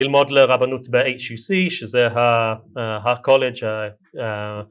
ללמוד לרבנות ב HUC שזה הקולג' ה..